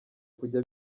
kujya